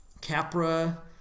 Capra